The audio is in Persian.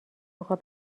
اقا